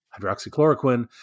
hydroxychloroquine